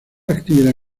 actividad